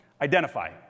identify